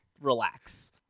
relax